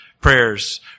Prayers